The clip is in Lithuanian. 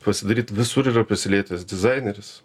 pasidairyt visur yra prisilietęs dizaineris